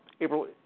April